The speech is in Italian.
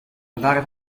andare